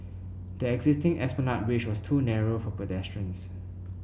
the existing Esplanade Bridge was too narrow for pedestrians